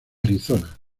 arizona